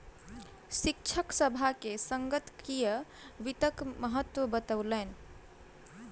शिक्षक सभ के संगणकीय वित्तक महत्त्व बतौलैन